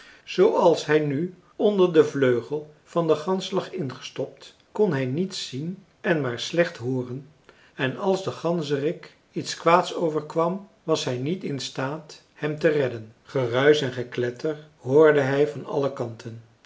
zooals hij nu onder den vleugel van de gans lag ingestopt kon hij niets zien en maar slecht hooren en als den ganzerik iets kwaads overkwam was hij niet in staat hem te redden geruisch en gekletter hoorde hij van alle kanten